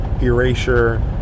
erasure